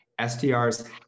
STRs